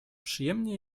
przyjemnie